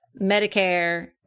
Medicare